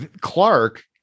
Clark